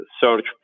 search